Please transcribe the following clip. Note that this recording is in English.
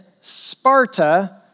Sparta